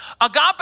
Agape